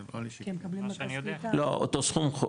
אותו סכום,